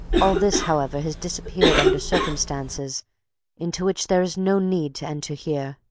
all this, however, has disappeared under circumstances into which there is no need to enter here.